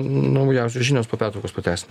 naujausios žinios po pertraukos pratęsim